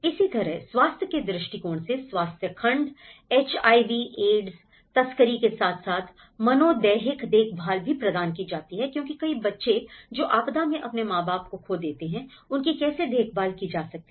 इसी तरह स्वास्थ्य के दृष्टिकोण से स्वास्थ्य खंड एचआईवी एड्स तस्करी के साथ साथ मनोदैहिक देखभाल भी प्रदान की जाती है क्योंकि कई बच्चे जो आपदा में अपने मां बाप को खो देते हैं उनकी कैसे देखभाल की जा सकती हैं